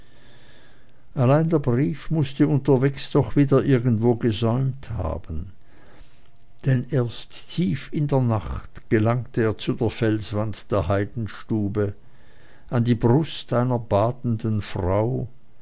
allein der brief mußte unterwegs doch wieder irgendwo gesäumt haben denn erst tief in der nacht gelangte er zu der felswand der heidenstube an die brust einer badenden frau